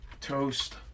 Toast